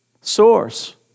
source